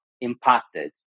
impacted